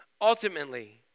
ultimately